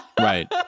Right